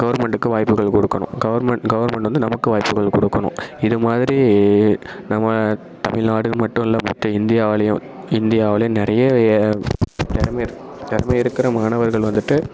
கவர்மெண்டுக்கு வாய்ப்புகள் கொடுக்கணும் government government வந்து நமக்கும் வாய்ப்புகள் கொடுக்கணும் இது மாதிரி நம்ம தமிழ்நாடு மட்டும் இல்லை மொத்த இந்தியாவுலையும் இந்தியாவுலையும் நிறைய திறமை திறமை இருக்கிற மாணவர்கள் வந்துவிட்டு